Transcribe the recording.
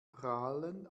prahlen